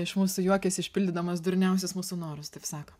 iš mūsų juokiasi išpildydamas durniausius mūsų norus taip sako